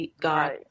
God